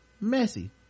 messy